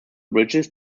bridges